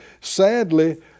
sadly